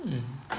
um